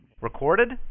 Recorded